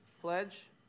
pledge